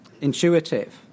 intuitive